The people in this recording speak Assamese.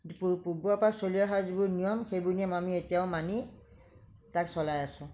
পূৰ্বৰে পৰা চলি অহা যিটো নিয়ম সেইবোৰ নিয়ম আমি এতিয়াও মানি তাক চলাই আছো